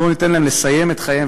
בואו ניתן להם לסיים את חייהם,